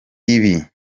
ibi